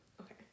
okay